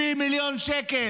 70 מיליון שקל.